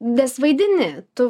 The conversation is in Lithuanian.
nes vaidini tu